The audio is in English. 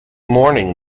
mourning